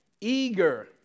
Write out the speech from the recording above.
Eager